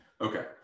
okay